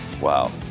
wow